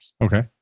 Okay